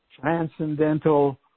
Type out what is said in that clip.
transcendental